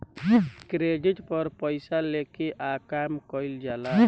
credit पर पइसा लेके आ काम कइल जाला